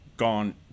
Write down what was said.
gone